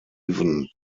haven